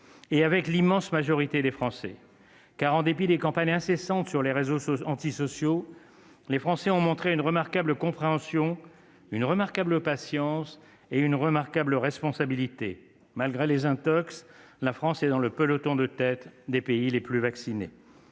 et avec l'immense majorité des Français ! Oui, car en dépit des campagnes incessantes sur les réseaux antisociaux, les Français ont montré une remarquable compréhension, une remarquable patience et une remarquable responsabilité. Malgré les intox, la France est dans le peloton de tête des pays les plus vaccinés.